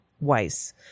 Weiss